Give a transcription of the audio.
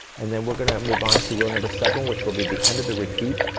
and then we're gonna move on to row number seven, which will be the end of the repeat,